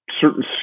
certain